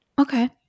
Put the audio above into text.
Okay